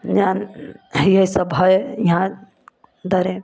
जान यही सब है यहाँ धरे